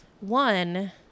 one